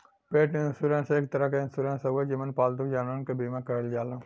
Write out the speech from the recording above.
पेट इन्शुरन्स एक तरे क इन्शुरन्स हउवे जेमन पालतू जानवरन क बीमा करल जाला